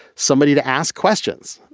somebody to ask questions.